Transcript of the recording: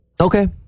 Okay